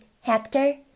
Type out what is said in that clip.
Hector